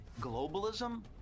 Globalism